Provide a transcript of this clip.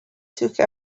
took